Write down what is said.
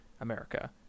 america